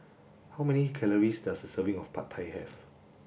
how many calories does a serving of Pad Thai have